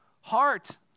heart